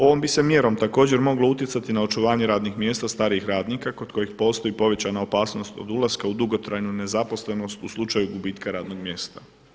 Ovom bi se mjerom također moglo utjecati na očuvanje radnih mjesta starijih radnika kod kojih postoji povećana opasnost od ulaska u dugotrajnu nezaposlenost u slučaju gubitka radnog mjesta.